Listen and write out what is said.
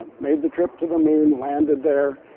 made the trip to the moon, landed there,